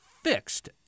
fixed